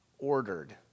ordered